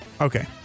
Okay